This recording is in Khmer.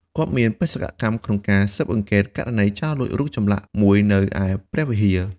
គាត់មានបេសកកម្មក្នុងការស៊ើបអង្កេតករណីចោរលួចរូបចម្លាក់មួយនៅឯព្រះវិហារ។